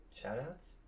shoutouts